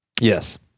Yes